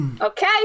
okay